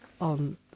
on